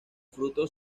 frutos